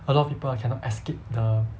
a lot of people ah cannot escape the